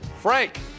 Frank